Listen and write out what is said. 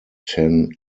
ten